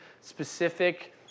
specific